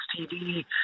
TV